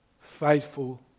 faithful